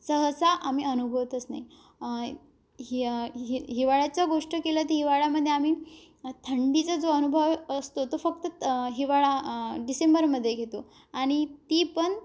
सहसा आम्ही अनुभवतच नाही अ हि हि हिवाळ्याच गोष्ट केलं तर हिवाळ्यामध्ये आम्ही थंडीचा जो अनुभव असतो तो फक्त हिवाळा डिसेंबरमध्ये घेतो आणि ती पण